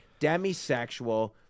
Demisexual